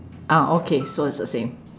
ah okay so it's the same